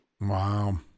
Wow